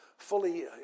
fully